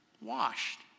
washed